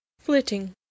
Flitting